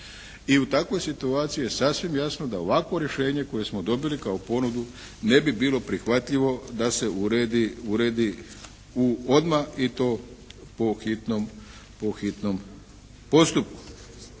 i u takvoj situaciji je sasvim jasno da ovakvo rješenje koje smo dobili kao ponudu ne bi bilo prihvatljivo da se uredi odmah i to po hitnom postupku.